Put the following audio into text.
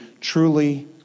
truly